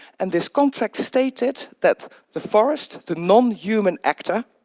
and this contract stated that the forest, the non-human actor,